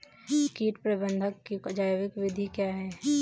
कीट प्रबंधक की जैविक विधि क्या है?